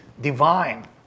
divine